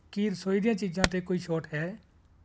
ਕੀ ਰਸੋਈ ਦੀਆਂ ਚੀਜ਼ਾਂ 'ਤੇ ਕੋਈ ਛੋਟ ਹੈ